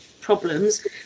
problems